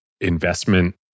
investment